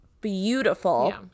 beautiful